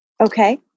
Okay